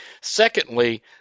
Secondly